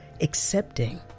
accepting